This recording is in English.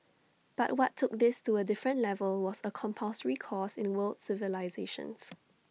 but what took this to A different level was A compulsory course in the world civilisations